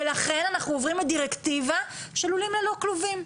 ולכן אנחנו עוברים לדירקטיבה של לולים ללא כלובים.